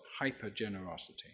hyper-generosity